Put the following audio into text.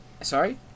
Sorry